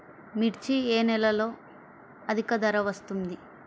మిర్చి ఏ నెలలో అధిక ధర వస్తుంది?